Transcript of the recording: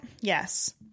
Yes